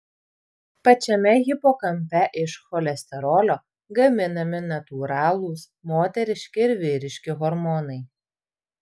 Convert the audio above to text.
pačiame hipokampe iš cholesterolio gaminami natūralūs moteriški ir vyriški hormonai